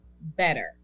better